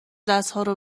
دستهارو